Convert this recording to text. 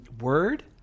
word